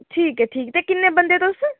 ठीक ऐ ठीक ते किन्ने बंदे तुस